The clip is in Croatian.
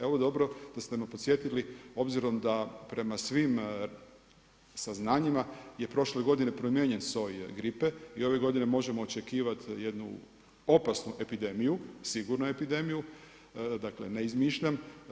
Evo dobro da ste me podsjetili, obzirom da prema svim saznanjima je prošle godine promijenjen soj gripe i ove godine možemo očekivati jednu opasnu epidemiju, sigurno epidemiju, dakle, ne izmišljam.